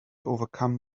overcome